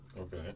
Okay